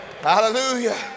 Hallelujah